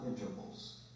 intervals